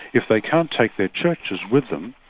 if they can't take their churches with them,